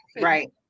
Right